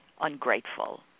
ungrateful